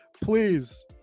Please